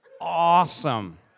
awesome